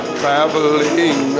traveling